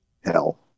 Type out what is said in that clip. hell